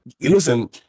Listen